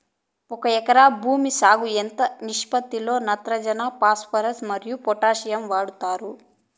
ఒక ఎకరా భూమి సాగుకు ఎంత నిష్పత్తి లో నత్రజని ఫాస్పరస్ మరియు పొటాషియం వాడుతారు